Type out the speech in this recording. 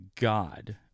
God